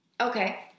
Okay